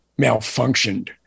malfunctioned